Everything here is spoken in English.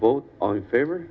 vote on favor